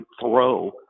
throw